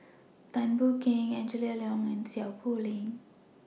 Tan Boon Teik Angela Liong and Seow Poh Leng